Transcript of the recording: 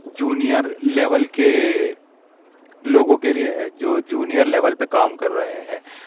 junior level کے لوگوں کے لئے ہے جو جونیئر لیول پہ کام کر رہے ہیں